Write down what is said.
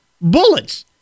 Bullets